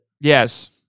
Yes